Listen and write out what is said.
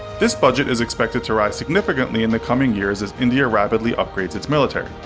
this budget is expected to rise significantly in the coming years as india rapidly upgrades its military.